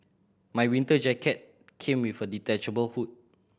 my winter jacket came with a detachable hood